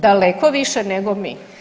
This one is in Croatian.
Daleko više nego mi.